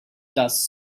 dust